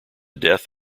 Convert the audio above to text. death